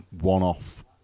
one-off